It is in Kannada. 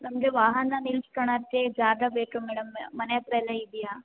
ನಮಗೆ ವಾಹನ ನಿಲ್ಸ್ಕಳಕ್ಕೆ ಜಾಗ ಬೇಕು ಮೇಡಮ್ ಮನೆ ಹತ್ರ ಎಲ್ಲ ಇದೆಯಾ